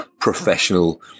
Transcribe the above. professional